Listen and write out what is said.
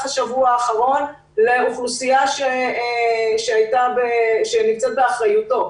השבוע האחרון לאוכלוסייה שנמצאת באחריותו,